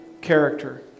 character